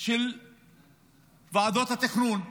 של ועדות התכנון,